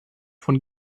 von